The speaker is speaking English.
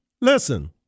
listen